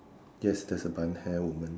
yes there's a bun hair woman